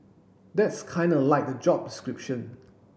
that's Kinda like the job description